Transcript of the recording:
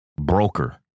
broker